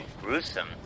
gruesome